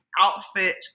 outfit